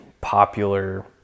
popular